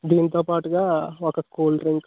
దీంతో పాటుగా ఒక కూల్డ్రింక్